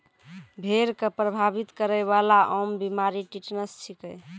भेड़ क प्रभावित करै वाला आम बीमारी टिटनस छिकै